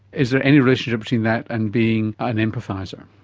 is there any relationship between that and being an empathiser?